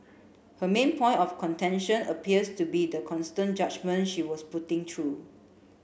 her main point of contention appears to be the constant judgement she was putting through